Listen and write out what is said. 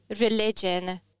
religion